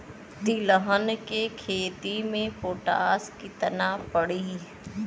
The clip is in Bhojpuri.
तिलहन के खेती मे पोटास कितना पड़ी?